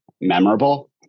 memorable